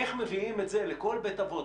איך מביאים את זה לכל בית אבות?